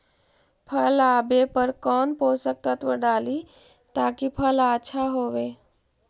फल आबे पर कौन पोषक तत्ब डाली ताकि फल आछा होबे?